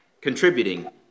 contributing